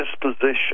disposition